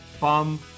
Bum